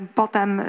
potem